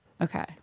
Okay